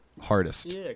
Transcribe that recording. hardest